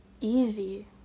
easy